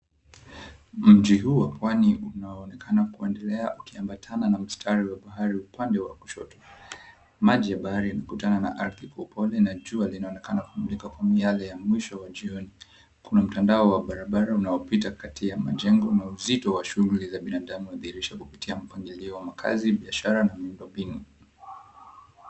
Mji huu wa pwani unaonekana kuendelea ukiambatana na msitari wa bahari upande wa kushoto maji ya bahari yamekutana na ardhi kwa upole na jua linaonekana kumulika kwa miyale ya mwisho ya jioni, kuna mtandao wa barabara unaopitia katika majengo na uzito wa shughuli za binadamu zinadhihirisha mpangilio wa makaazi biashara na miundo mbinu.